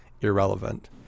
irrelevant